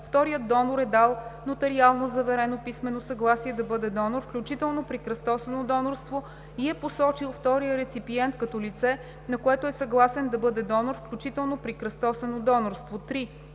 вторият донор е дал нотариално заверено писмено съгласие да бъде донор, включително при кръстосано донорство, и е посочил втория реципиент като лице, на което е съгласен да бъде донор, включително при кръстосано донорство;